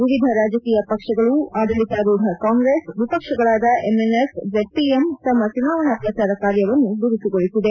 ವಿವಿಧ ರಾಜಕೀಯ ಪಕ್ಷಗಳು ಆಡಳಿತಾರೂಥ ಕಾಂಗ್ರೆಸ್ ವಿಪಕ್ಷಗಳಾದ ಎಂಎನ್ಎಫ್ ಜೆಡ್ಪಿಎಂ ತಮ್ಮ ಚುನಾವಣಾ ಪ್ರಚಾರ ಕಾರ್ಯವನ್ನು ಬಿರುಸುಗೊಳಿಸಿದೆ